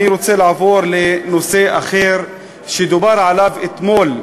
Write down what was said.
אני רוצה לעבור לנושא אחר שדובר עליו אתמול.